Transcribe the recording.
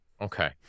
okay